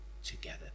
together